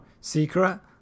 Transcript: Secret